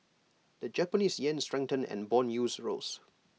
the Japanese Yen strengthened and Bond yields rose